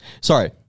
Sorry